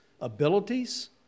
abilities